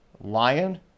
Lion